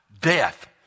death